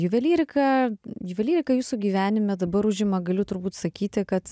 juvelyriką juvelyrika jūsų gyvenime dabar užima galiu turbūt sakyti kad